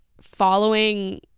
following